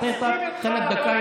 פטין,